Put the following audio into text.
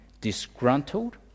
disgruntled